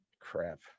Crap